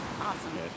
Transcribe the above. awesome